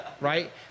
right